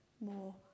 more